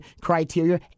criteria